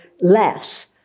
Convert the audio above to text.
less